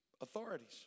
authorities